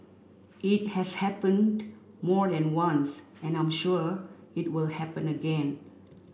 it has happened more than once and I'm sure it will happen again